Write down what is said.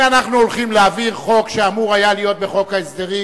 הנה אנחנו הולכים להעביר חוק שאמור היה להיות בחוק ההסדרים,